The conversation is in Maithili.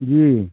जी